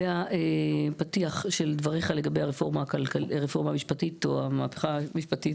בנוגע לפתיח של דבריך בנוגע לרפורמה המשפטית או המהפכה המשפטית,